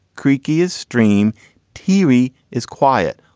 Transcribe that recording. creaky as stream tv is quiet.